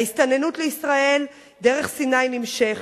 ההסתננות לישראל דרך סיני נמשכת.